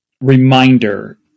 reminder